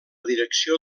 direcció